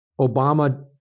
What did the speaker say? Obama